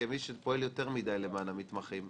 כמי שפועל יותר מדיי למען המתמחים.